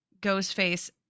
Ghostface